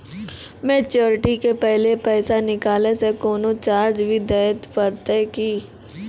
Maturity के पहले पैसा निकालै से कोनो चार्ज भी देत परतै की?